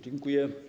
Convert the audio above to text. Dziękuję.